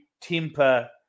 temper